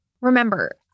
Remember